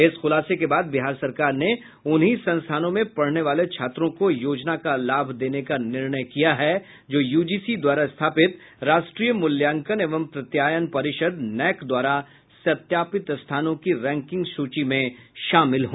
इस खुलासे के बाद बिहार सरकार ने उन्हीं संस्थानों में पढ़ने वाले छात्रों को योजना का लाभ देने का निर्णय किया है जो यूजीसी द्वारा स्थापित राष्ट्रीय मूल्यांकन एवं प्रत्यायन परिषद नेक द्वारा सत्यापित स्थानों की रैकिंग सूची में शामिल हो